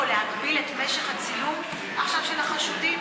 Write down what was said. או להגביל את משך הצילום עכשיו של החשודים?